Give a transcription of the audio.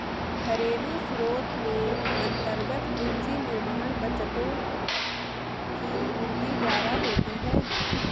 घरेलू स्रोत में अन्तर्गत पूंजी निर्माण बचतों की वृद्धि द्वारा होती है